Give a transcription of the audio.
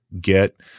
get